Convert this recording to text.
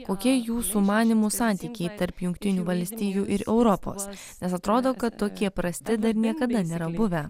kokie jūsų manymu santykiai tarp jungtinių valstijų ir europos nes atrodo kad tokie prasti dar niekada nėra buvę